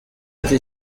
ati